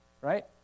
Right